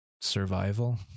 survival